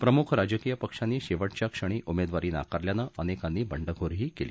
प्रमुख राजकीय पक्षांनी शेवटच्या क्षणी उमेदवारी नाकारल्यानं अनेकांनी बंडखोरीही केली